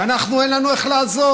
ואנחנו, אין לנו איך לעזור.